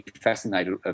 fascinated